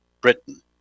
Britain